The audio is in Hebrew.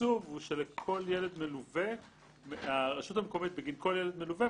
התקצוב הוא שהרשות המקומית בגין כל ילד מלווה,